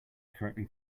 correctly